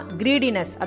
greediness